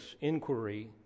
inquiry